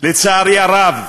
לצערי הרב,